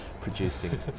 producing